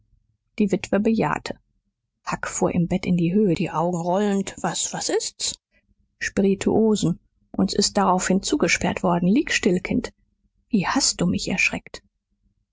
die witwe bejahte huck fuhr im bett in die höhe die augen rollend was was ist's spirituosen und s ist daraufhin zugesperrt worden lieg still kind wie hast du mich erschreckt